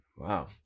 Wow